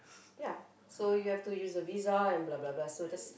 ya so you have to use the visa and blah blah blah so that's